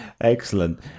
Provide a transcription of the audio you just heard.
Excellent